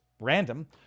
random